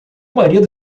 marido